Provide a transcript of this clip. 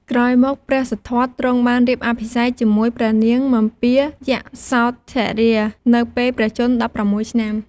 ក្រោយមកព្រះសិទ្ធត្ថទ្រង់បានរៀបអភិសេកជាមួយព្រះនាងពិម្ពាយសោធរា នៅពេលព្រះជន្ម ១៦ ឆ្នាំ។